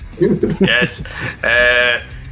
Yes